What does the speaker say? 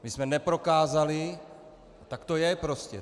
My jsme nic neprokázali, tak to je prostě.